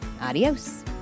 Adios